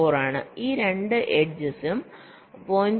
4 ആണ് ഈ 2 എഡ്ജസ് 0